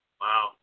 Wow